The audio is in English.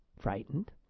frightened